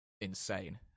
insane